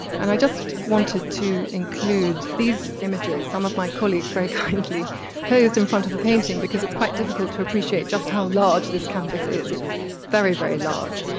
and i just wanted to include these images. some of my colleagues, very kindly posed in front of the painting, because it's quite difficult to appreciate just how large this canvas is, it's very very large.